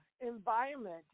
environment